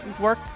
work